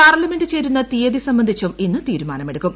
parliament ചേരുന്ന തീയതി സംബന്ധിച്ചും ഇന്ന് തീരുമാനമെടുക്കും